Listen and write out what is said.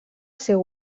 seu